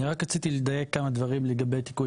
אני רק רציתי לדייק כמה דברים לגבי תיקון